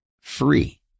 free